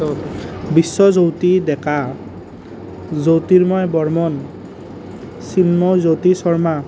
Biswa Jyoti Deka Jyotirmoy Barman Chinmoy Jyoti Sharma